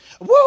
Woo